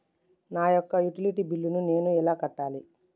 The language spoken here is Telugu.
నా యొక్క యుటిలిటీ బిల్లు నేను ఎలా కట్టాలి?